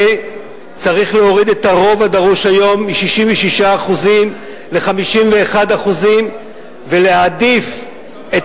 צריך להוריד את הרוב הדרוש היום מ-66% ל-51% ולהעדיף את